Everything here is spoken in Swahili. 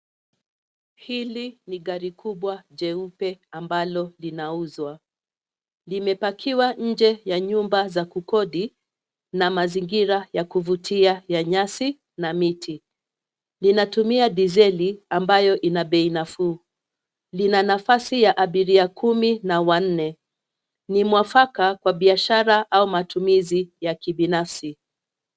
Hili ni gari kubwa jeupe ambalo linauzwa. Limepakiwa nje ya nyumba za kukodi, na mazingira ya kuvutia ya nyasi na miti. Linatumia dizeli ambayo ina bei nafuu. Lina nafasi ya abiria kumi na wanne. Ni mwafaka kwa biashara au matumizi ya kibinafsi.